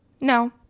No